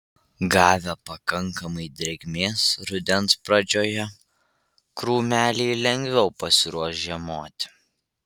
gavę pakankamai drėgmės rudens pradžioje krūmeliai lengviau pasiruoš žiemoti